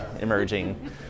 emerging